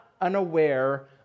unaware